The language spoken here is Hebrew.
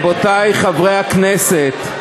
בבקשה, חברי הכנסת,